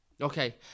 Okay